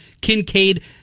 Kincaid